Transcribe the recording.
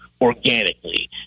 Organically